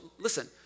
listen